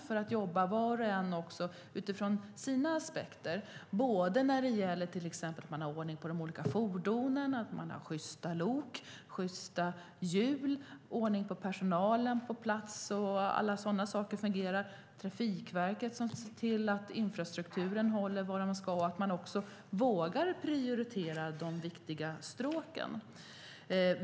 Var och en jobbar också utifrån sina aspekter när det gäller till exempel att ha ordning på de olika fordonen med sjysta lok och sjysta hjul, att ha ordning på personalen på plats, att alla sådana saker fungerar. Trafikverket ska se till att infrastrukturen håller som den ska och att man vågar prioritera de viktiga stråken.